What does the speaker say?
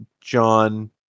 John